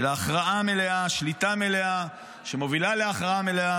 אלא הכרעה מלאה, שליטה מלאה שמובילה להכרעה מלאה.